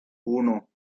uno